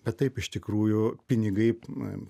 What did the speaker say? bet taip iš tikrųjų pinigai mums